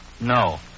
No